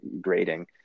grading